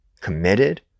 committed